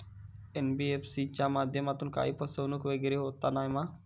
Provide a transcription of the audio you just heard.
NBFC च्या माध्यमातून काही फसवणूक वगैरे होना नाय मा?